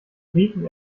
briten